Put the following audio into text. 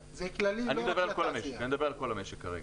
אני מדבר על כל המשק כרגע.